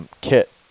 kit